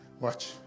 Watch